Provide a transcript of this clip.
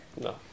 No